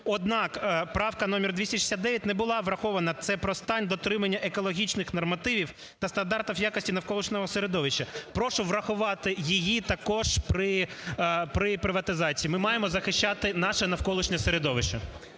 Однак, правка номер 269 не була врахована, це про стан дотримання екологічних нормативів та стандартів якості навколишнього середовища. Прошу врахувати її також при приватизації. Ми маємо захищати наше навколишнє середовище.